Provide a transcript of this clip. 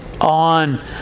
on